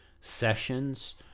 sessions